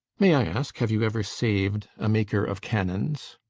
may i ask have you ever saved a maker of cannons?